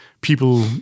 people